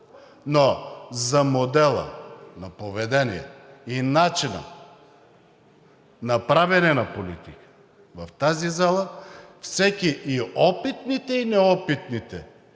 Но за модела на поведение и начина на правене на политика в тази зала всеки – и опитните, и неопитните,